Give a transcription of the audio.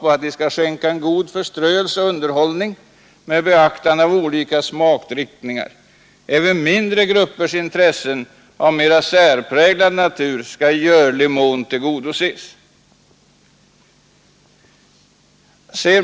De skall skänka god förströelse och underhållning med beaktande av olika smakriktningar. Även mindre gruppers intressen av mera särpräglad natur skall i görlig mån tillgodoses.